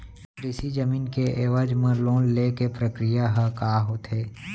कृषि जमीन के एवज म लोन ले के प्रक्रिया ह का होथे?